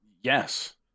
yes